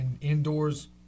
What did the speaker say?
indoors